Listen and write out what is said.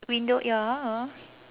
window ya